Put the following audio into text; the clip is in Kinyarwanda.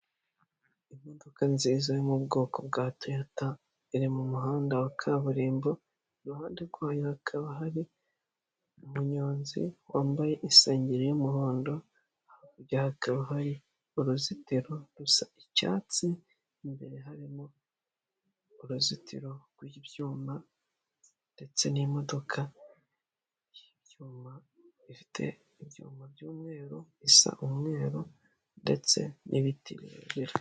Imodoka nziza yo mu bwoko bwa Toyota iri mu muhanda wa kaburimb. Iruhande rwayo hakaba hari umunyonzi wambaye isengeri y'umuhondo, hakurya hakaba hari uruzitiro rusa icyatsi, imbere harimo uruzitiro rwibyuma ndetse n'imodoka y'ibyuma bifite ibyuma by'umweru bisa umweru ndetse n'ibiti birebire.